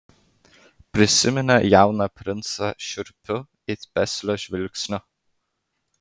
prisiminė jauną princą šiurpiu it peslio žvilgsniu